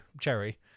cherry